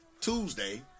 Tuesday